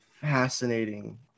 fascinating